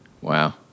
Wow